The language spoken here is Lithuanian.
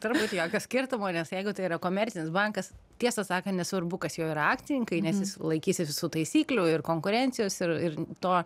turbūt jokio skirtumo nes jeigu tai yra komercinis bankas tiesą sakan nesvarbu kas jo yra akcininkai nes jis laikysis visų taisyklių ir konkurencijos ir ir to